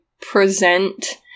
present